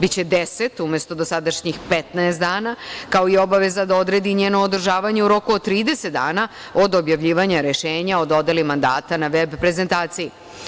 Biće 10 umesto dosadašnjih 15 dana, kao i obaveza da odredbi njeno održavanje u roku od 30 dana od objavljivanja rešenja o dodeli mandata na veb prezentaciji.